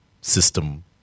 system